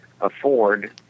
afford